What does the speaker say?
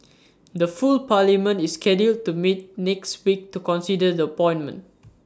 the full parliament is scheduled to meet next week to consider the appointment